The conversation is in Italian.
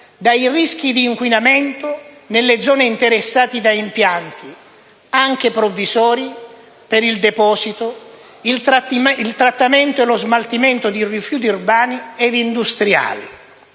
dai rischi di inquinamento nelle zone interessate da impianti, anche provvisori, per il deposito, il trattamento e lo smaltimento di rifiuti urbani ed industriali»,